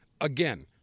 again